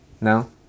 No